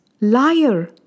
liar